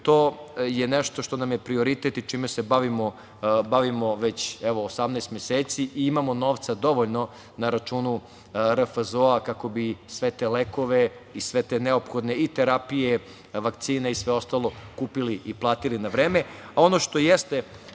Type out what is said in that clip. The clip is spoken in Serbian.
to je nešto što nam je prioritet i čime se bavimo već 18 meseci i imamo novca dovoljno na računu RFZO kako bi sve te lekove i sve te neophodne i terapije i vakcine i sve ostalo kupili i platili na vreme. Ono